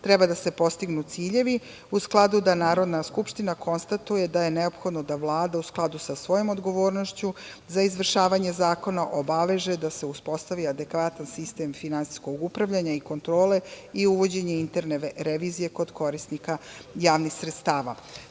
treba da se postignu ciljevi u skladu i da Narodna skupština konstatuje da je neophodno da se Vlada u skladu sa svojom odgovornošću za izvršavanje zakona obaveže da uspostavi adekvatan sistem finansijskog upravljanja i kontrole i uvođenje interne revizije kod korisnika javnih sredstava. Mi